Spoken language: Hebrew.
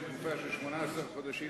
לתקופה של 18 חודשים,